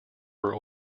were